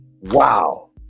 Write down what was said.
wow